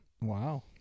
Wow